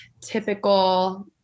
typical